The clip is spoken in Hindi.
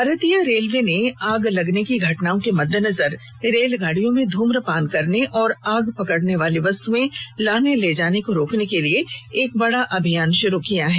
भारतीय रेलवे ने आग लगने की घटनाओं के मद्देनजर रेलगाडियों में धूम्रपान करने और आग पकडने वाली वस्तुएं लाने ले जाने को रोकने के लिए एक बडा अभियान शुरू किया है